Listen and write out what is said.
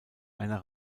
einer